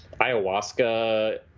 ayahuasca